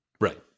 Right